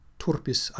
turpis